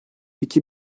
iki